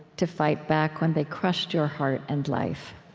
to fight back when they crushed your heart and life.